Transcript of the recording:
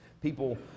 people